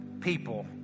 people